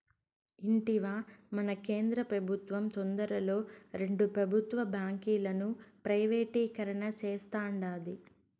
ఇంటివా, మన కేంద్ర పెబుత్వం తొందరలో రెండు పెబుత్వ బాంకీలను ప్రైవేటీకరణ సేస్తాండాది